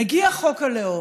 מגיע חוק הלאום,